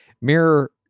Mirror